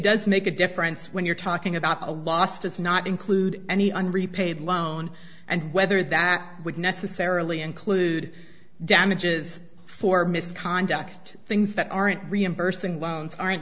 does make a difference when you're talking about a loss does not include any on repaid loan and whether that would necessarily include damages for misconduct things that aren't reimbursing loans aren't